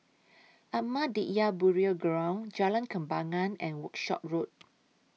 Ahmadiyya Burial Ground Jalan Kembangan and Workshop Road